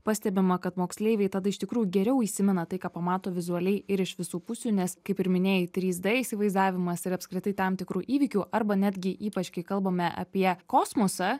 pastebima kad moksleiviai tada iš tikrųjų geriau įsimena tai ką pamato vizualiai ir iš visų pusių nes kaip ir minėjai trys d įsivaizdavimas ir apskritai tam tikrų įvykių arba netgi ypač kai kalbame apie kosmosą